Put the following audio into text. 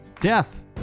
death